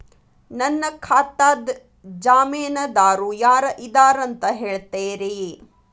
ನನ್ನ ಖಾತಾದ್ದ ಜಾಮೇನದಾರು ಯಾರ ಇದಾರಂತ್ ಹೇಳ್ತೇರಿ?